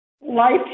Life